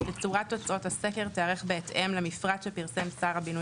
תצורת תוצאות הסקר תיערך בהתאם למפרט שפרסם שר הבינוי